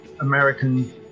American